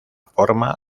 forma